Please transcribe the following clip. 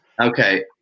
Okay